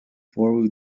four